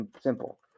simple